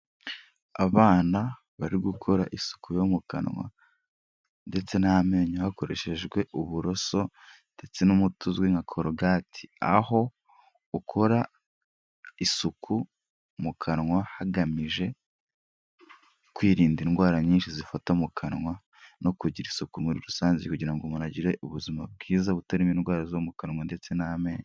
Abana bari gukora isuku yo mu kanwa ndetse n'amenyo hakoreshejwe uburoso ndetse n'umuti uzwi nka corogati, aho ukora isuku mu kanwa hagamije kwirinda indwara nyinshi zifata mu kanwa, no kugira isuku muri rusange kugira ngo umuntu agire ubuzima bwiza butarimo indwara zo mu kanwa ndetse n'amenyo.